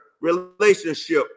relationship